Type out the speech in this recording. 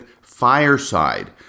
fireside